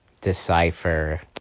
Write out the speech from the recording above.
decipher